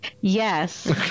Yes